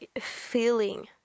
feeling